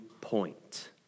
point